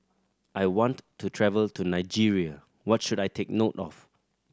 I want to travel to Nigeria what should I take note of